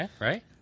right